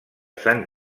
sant